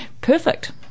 Perfect